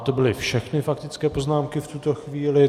To byly všechny faktické poznámky v tuto chvíli.